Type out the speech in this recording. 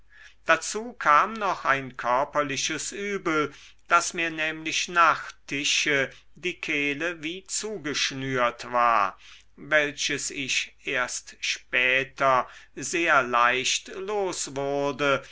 dazu kam noch ein körperliches übel daß mir nämlich nach tische die kehle wie zugeschnürt war welches ich erst später sehr leicht los wurde